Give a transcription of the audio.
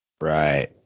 Right